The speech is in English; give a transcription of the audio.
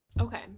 Okay